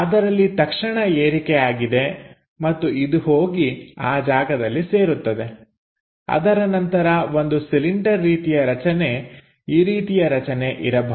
ಅದರಲ್ಲಿ ತಕ್ಷಣ ಏರಿಕೆ ಆಗಿದೆ ಮತ್ತು ಇದು ಹೋಗಿ ಆ ಜಾಗದಲ್ಲಿ ಸೇರುತ್ತದೆ ಅದರ ನಂತರ ಒಂದು ಸಿಲಿಂಡರ್ ರೀತಿಯ ರಚನೆ ಈ ರೀತಿಯ ರಚನೆ ಇರಬಹುದು